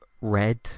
red